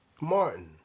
Martin